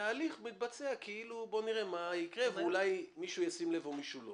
וההליך מתבצע כאילו "בואו נראה מה יקרה ואולי מישהו ישים לב ואולי לא".